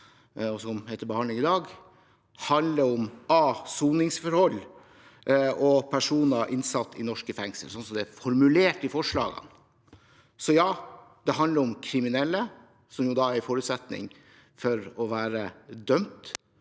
og som er til behandling i dag, handler om soningsforhold og personer innsatt i norske fengsel, slik det er formulert i forslagene. Så ja, det handler om kriminelle – det er en forutsetning når man er dømt